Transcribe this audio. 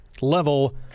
level